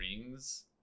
rings